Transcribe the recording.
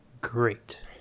great